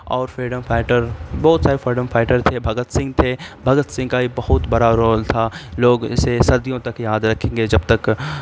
اور freedom fighter بہت سارے فریڈم فائیٹر تھے بھگت سنگھ تھے بھگت سنگھ کا بھی بہت بڑا رول تھا لوگ اسے صدیوں تک یاد رکھیں گے جب تک